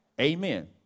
Amen